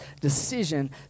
decision